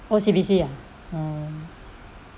O_C_B_C ah oh